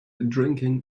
drinking